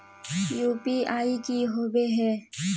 UPI की होबे है?